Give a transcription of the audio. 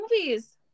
movies